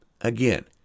Again